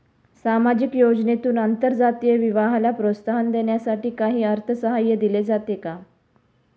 सामाजिक योजनेतून आंतरजातीय विवाहाला प्रोत्साहन देण्यासाठी काही अर्थसहाय्य दिले जाते का?